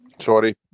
Sorry